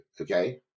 okay